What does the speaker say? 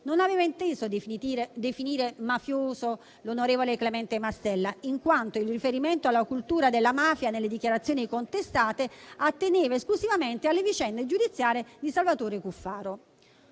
non aveva inteso definire «mafioso» l'onorevole Clemente Mastella, in quanto il riferimento alla cultura della mafia nelle dichiarazioni contestate atteneva esclusivamente alle vicende giudiziarie di Salvatore Cuffaro.